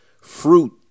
fruit